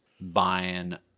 buying